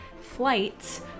flights